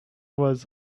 was